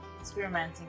experimenting